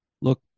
Look